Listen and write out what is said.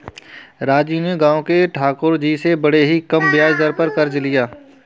राजू ने गांव के ठाकुर जी से बड़े ही कम ब्याज दर पर कर्ज लिया